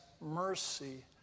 mercy